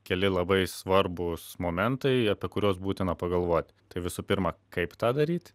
keli labai svarbūs momentai apie kuriuos būtina pagalvot tai visų pirma kaip tą daryt